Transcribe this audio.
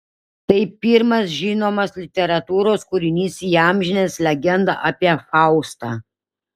tai pirmas žinomas literatūros kūrinys įamžinęs legendą apie faustą